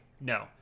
No